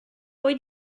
poi